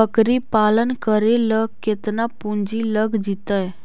बकरी पालन करे ल केतना पुंजी लग जितै?